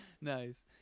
Nice